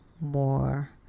more